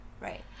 Right